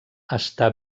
està